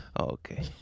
okay